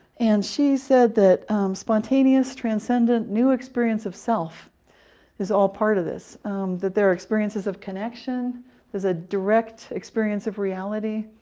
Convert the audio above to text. and she said that spontaneous transcendent new experience of self is all part of this that in their experiences of connection there's a direct experience of reality.